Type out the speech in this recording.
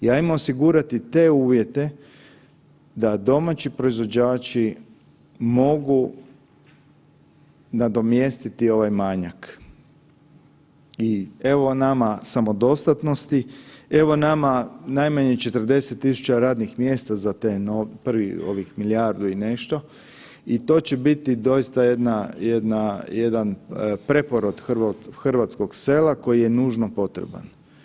Ajmo osigurati te uvjete da domaći proizvođači mogu nadomjestiti ovaj manjak i evo nama samodostatnosti, evo nama najmanje 40 000 radnih mjesta za te, prvih ovih milijardu i nešto i to će biti doista jedna, jedna, jedan preporod hrvatskog sela koji je nužno potreban.